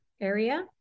area